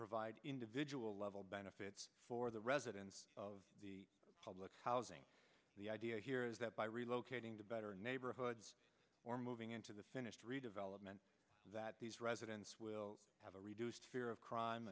provide individual level benefits for the residents of the public housing the idea here is that by relocating to better neighborhoods or moving into the finished redevelopment that these residents will have a reduced fear of crime